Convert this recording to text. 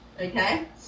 Okay